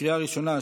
לקריאה ראשונה,